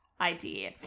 Idea